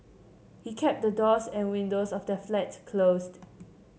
he kept the doors and windows of their flat closed